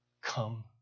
come